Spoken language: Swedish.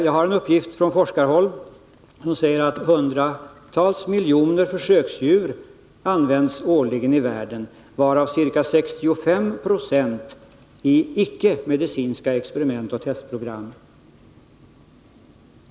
Jag har en uppgift från forskarhåll som säger att hundratals miljoner försöksdjur används årligen i världen, varav ca 65 96 i icke medicinska 117 experiment och testprogram.